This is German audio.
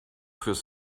fürs